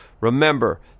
remember